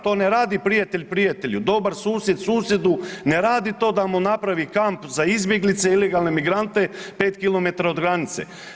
To ne radi prijatelj prijatelju, dobar susjed susjedu ne radi to da mu napravi kamp za izbjeglice, ilegalne emigrante 5 kilometara od granice.